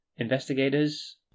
investigators